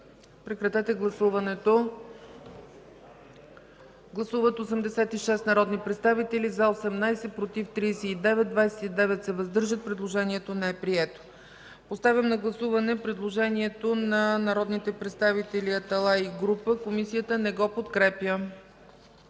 Комисията не го подкрепя. Гласували 86 народни представители: за 18, против 39, въздържали се 29. Предложението не е прието. Поставям на гласуване предложението на народните представители Аталай и група. Комисията не го подкрепя.